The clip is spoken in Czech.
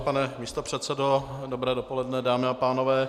Pane místopředsedo, dobré dopoledne dámy a pánové.